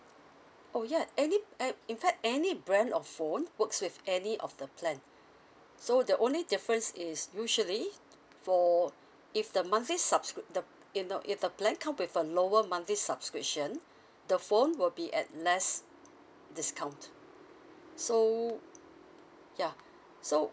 oh ya any an~ in fact any brand of phone works with any of the plan so the only difference is usually for if the monthly subscrip~ the you know if the plan come with a lower monthly subscription the phone will be at less discount so yeah so